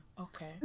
Okay